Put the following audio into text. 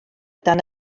dan